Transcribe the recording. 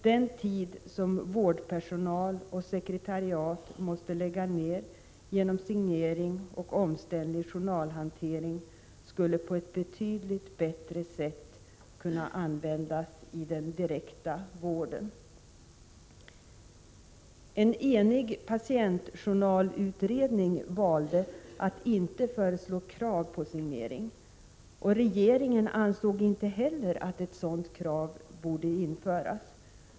Den tid som vårdpersonal och sekreteriat måste lägga ned genom signering och omständlig journalhantering, skulle på ett betydligt bättre sätt kunna användas i den direkta vården.” En enig patientjournalutredning valde att inte föreslå krav på signering. Regeringen ansåg inte heller att ett sådant krav borde införas.